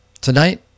Tonight